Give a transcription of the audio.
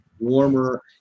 warmer